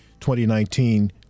2019